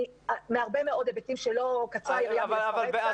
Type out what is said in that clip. מהרבה מאוד היבטים שקצרה הידיעה מלפרט כאן.